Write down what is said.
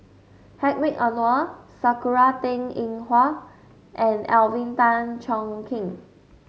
Hedwig Anuar Sakura Teng Ying Hua and Alvin Tan Cheong Kheng